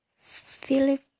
Philip